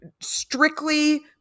strictly